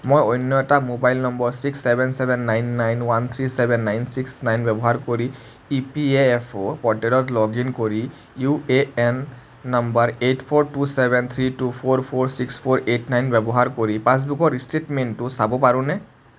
মই অন্য এটা মোবাইল নম্বৰ six seven seven nine nine one three seven nine six nine ব্যৱহাৰ কৰি ই পি এফ অ' প'ৰ্টেলত লগ ইন কৰি ইউ এ এন নম্বৰ eight four two seven three two four four six four eight nine ব্যৱহাৰ কৰি পাছবুকৰ ষ্টেটমেণ্টটো চাব পাৰোঁনে